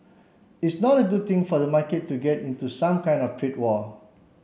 it's not a good thing for the market to get into some kind of trade war